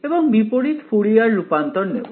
এবং বিপরীত ফুরিয়ার রুপান্তর নেব